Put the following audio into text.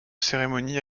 cérémonie